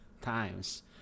times